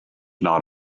not